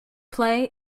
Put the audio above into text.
play